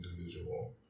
individual